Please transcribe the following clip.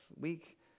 week